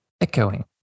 echoing